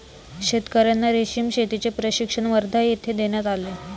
शेतकर्यांना रेशीम शेतीचे प्रशिक्षण वर्धा येथे देण्यात आले